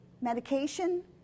medication